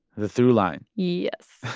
the throughline yes,